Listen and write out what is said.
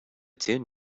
tin